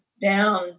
down